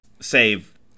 save